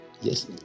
Yes